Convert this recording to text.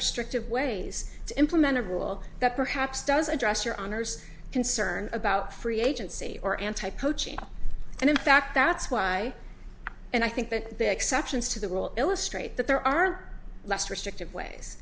restrictive ways to implement a rule that perhaps does address your honor's concern about free agency or anti poaching and in fact that's why and i think that the exceptions to the rule illustrate that there are less restrictive ways